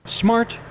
smart